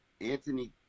Anthony